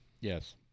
Yes